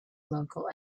local